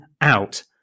out